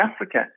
Africa